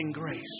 grace